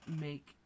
make